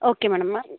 okay madam